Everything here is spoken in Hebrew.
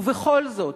ובכל זאת,